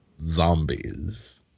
zombies